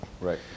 Right